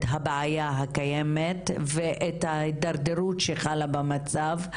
הבעיה הקיימת ואת ההתדרדרות שחלה במצב.